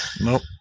Nope